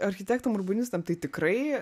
architektam urbanistam tai tikrai